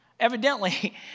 Evidently